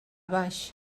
baix